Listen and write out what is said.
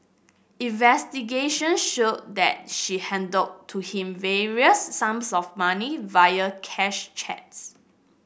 investigation showed that she handed to him various sums of money via cash cheques